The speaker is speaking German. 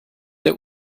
der